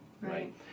Right